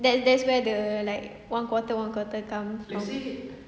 there there's where the like one quarter one quarter comes from